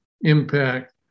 impact